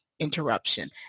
interruption